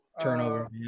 turnover